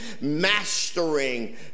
mastering